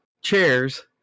chairs